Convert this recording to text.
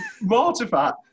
mortified